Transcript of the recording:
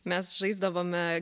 mes žaisdavome